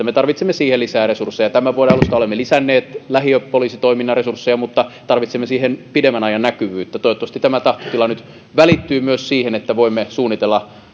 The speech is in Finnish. me tarvitsemme tähän lisää resursseja tämän vuoden alusta olemme lisänneet lähiöpoliisitoiminnan resursseja mutta tarvitsemme siihen pidemmän ajan näkyvyyttä toivottavasti tämä tahtotila nyt välittyy myös siihen että voimme suunnitella